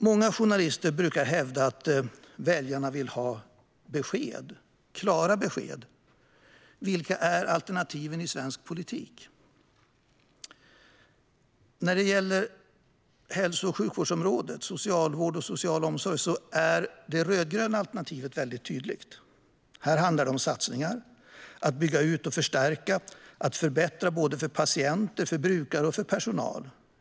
Många journalister brukar hävda att väljarna vill ha klara besked: Vilka är alternativen i svensk politik? När det gäller hälso och sjukvårdsområdet, socialvård och social omsorg är det rödgröna alternativet tydligt. Här handlar det om satsningar, att bygga ut och förstärka, att förbättra såväl för patienter som för brukare och personal.